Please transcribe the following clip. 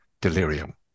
delirium